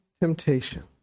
temptation